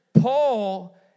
Paul